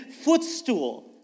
footstool